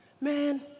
man